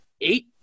eight –